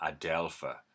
Adelpha